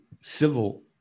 civil